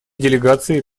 делегации